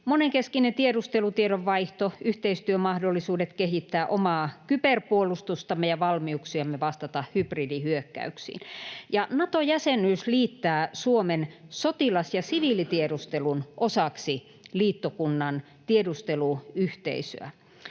monenkeskinen tiedustelutiedon vaihto ja yhteistyömahdollisuudet kehittää omaa kyberpuolustustamme ja valmiuksiamme vastata hybridihyökkäyksiin. Naton jäsenyys liittää Suomen sotilas- ja siviilitiedustelun osaksi liittokunnan tiedusteluyhteisöä.